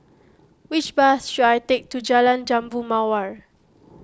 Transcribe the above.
which bus should I take to Jalan Jambu Mawar